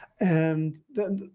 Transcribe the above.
and then,